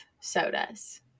sodas